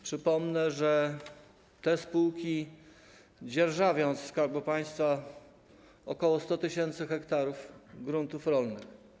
Przypomnę, że te spółki dzierżawią od Skarbu Państwa ok. 100 tys. ha gruntów rolnych.